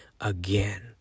again